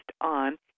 on